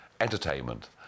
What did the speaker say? entertainment